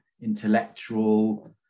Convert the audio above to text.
intellectual